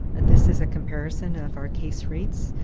this is a comparison of our case rates,